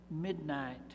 midnight